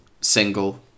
single